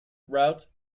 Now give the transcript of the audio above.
routes